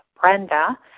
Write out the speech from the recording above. Brenda